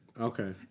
Okay